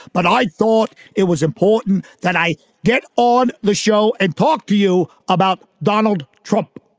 but i thought it was important that i get on the show and talk to you about donald trump.